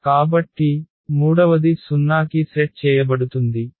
కాబట్టి మూడవది 0 కి సెట్ చేయబడుతుంది